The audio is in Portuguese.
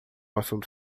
assunto